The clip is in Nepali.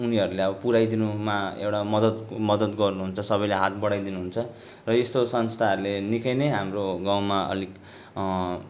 उनीहरूले अब पुर्याइदिनुमा एउटा मद्दत मद्दत गर्नु हुन्छ सबैले हात बढाइदिनु हुन्छ र यस्तो संस्थाहरूले निकै नै हाम्रो गाउँमा अलिक